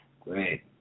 Great